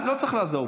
לא צריך לעזור פה.